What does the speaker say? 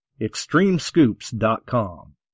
Extremescoops.com